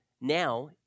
now